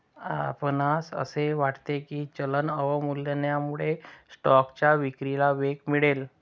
आपणास असे वाटते की चलन अवमूल्यनामुळे स्टॉकच्या विक्रीला वेग मिळेल?